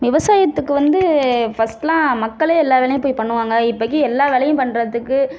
விவசாயத்துக்கு வந்து ஃபர்ஸ்ட்லாம் மக்களே எல்லா வேலையும் போய் பண்ணுவாங்க இப்போக்கி எல்லா வேலையும் பண்ணுறதுக்கு